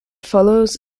follows